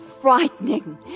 frightening